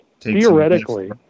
theoretically